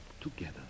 together